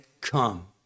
come